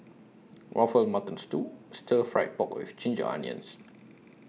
Waffle Mutton Stew Stir Fry Pork with Ginger Onions